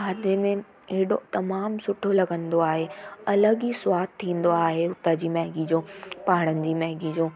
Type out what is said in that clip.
खादे में हेॾो तमामु सुठो लॻंदो आहे अलॻि ई सवादु थींदो आहे हुतां जी मैगी जो पाहाड़नि जी मैगी जो